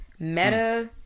Meta